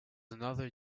another